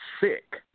sick